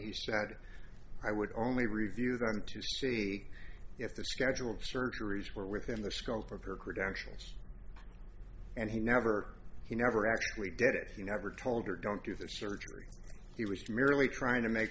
he said i would only review them to see if the schedule surgeries were within the scope of her credentials and he never he never actually did it he never told her don't do the surgery he was merely trying to make